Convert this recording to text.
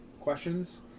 questions